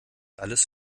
alles